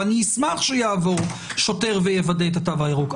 ואני אשמח שיעבור שוטר ויוודא את התו הירוק.